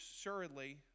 assuredly